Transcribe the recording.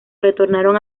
retornaron